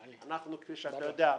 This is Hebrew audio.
כפי שאתה יודע,